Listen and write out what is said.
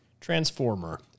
transformer